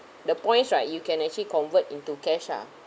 the points right you can actually convert into cash ah